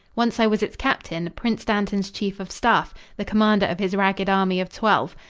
once i was its captain, prince dantan's chief of staff the commander of his ragged army of twelve.